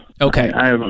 Okay